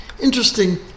Interesting